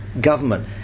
government